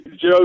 Joe